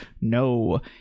no